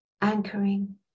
anchoring